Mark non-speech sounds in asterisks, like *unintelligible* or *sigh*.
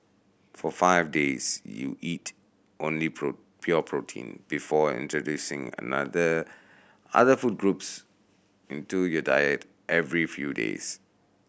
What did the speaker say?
for five days you eat only *unintelligible* pure protein before introducing another other food groups into your diet every few days